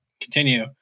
Continue